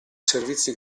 servizi